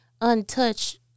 untouched